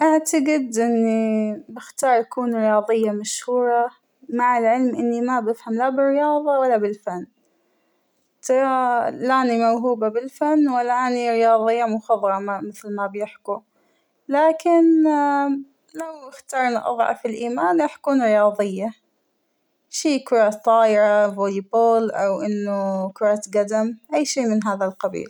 أعتقد أنى اختار أكون رياضية مشهورة ، مع العلم إنى ما بفهم لا بالرياضة ولا بالفن ، ترى لاأنى موهوبة بالفن ولا أنى رياضية مخضرمة مثل ما بيحكوا ، لكن لو أختارنا أضعف الإيمان راح أكون رياضية ، شى كرة طايرة ، فولى بول ، أو إنه كرة قدم ، أى شى من هذا القبيل.